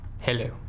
Hello